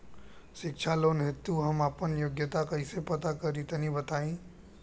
शिक्षा लोन हेतु हम आपन योग्यता कइसे पता करि तनि बताई?